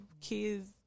kids